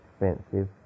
expensive